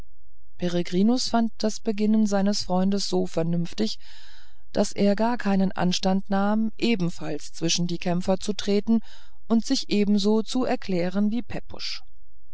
peregrinus fand das beginnen seines freundes so vernünftig daß er gar keinen anstand nahm ebenfalls zwischen die kämpfer zu treten und sich ebenso zu erklären wie